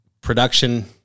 production